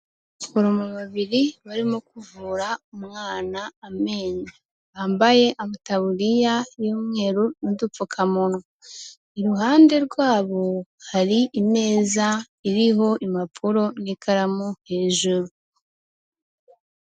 Abaforomo babiri barimo kuvura umwana amenyo, bambaye amataburiya y'umweru n'udupfukamunwa, iruhande rwabo hari imeza iriho impapuro n'ikaramu hejuru.